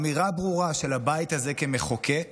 אמירה ברורה של הבית הזה כמחוקק